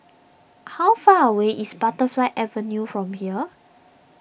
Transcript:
how far away is Butterfly Avenue from here